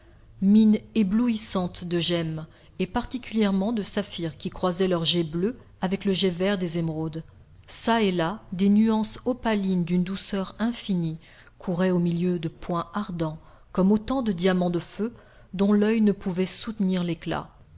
mine éblouissante de gemmes et particulièrement de saphirs qui croisaient leurs jets bleus avec le jet vert des émeraudes çà et là des nuances opalines d'une douceur infinie couraient au milieu de points ardents comme autant de diamants de feu dont l'oeil ne pouvait soutenir l'éclat